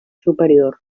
superior